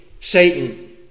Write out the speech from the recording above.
Satan